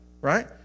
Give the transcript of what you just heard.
right